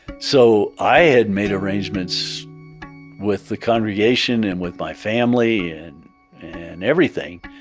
so i had made arrangements with the congregation and with my family and everything